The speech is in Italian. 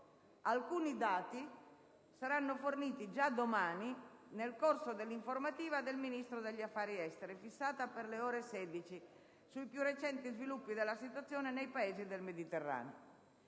alcuni dati saranno forniti già domani nel corso dell'informativa del Ministro degli affari esteri - fissata per le ore 16 - sui più recenti sviluppi della situazione nei Paesi del Mediterraneo.